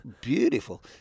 beautiful